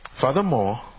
Furthermore